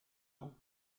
ans